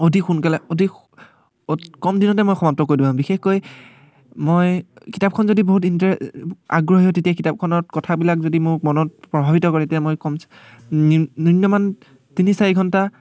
অতি সোনকালে অতি অত কম দিনতে মই সমাপ্ত কৰি বিশেষকৈ মই কিতাপখন যদি বহুত ইন্টাৰে আগ্ৰহী হয় তেতিয়া কিতাপখনত কথাবিলাক যদি মোক মনত প্ৰভাৱিত কৰে তেতিয়া মই কম নিম্নমান তিনি চাৰি ঘণ্টা